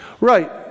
Right